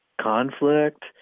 conflict